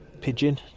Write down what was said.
Pigeon